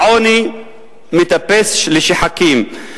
העוני מטפס לשחקים,